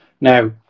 Now